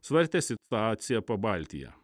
svarstė situaciją pabaltyje